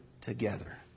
together